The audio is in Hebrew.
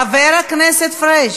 חבר הכנסת פריג'.